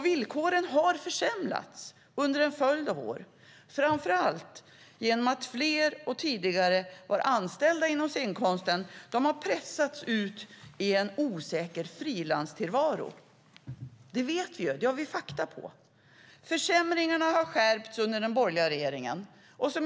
Villkoren har försämrats under en följd av år, framför allt genom att fler som tidigare var anställda inom scenkonsten har pressats ut i en osäker frilanstillvaro. Det vet vi. Sådana fakta finns. Försämringarna har ökat under den borgerliga regeringen.